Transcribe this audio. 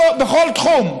בכל תחום,